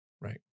Right